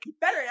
better